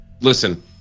Listen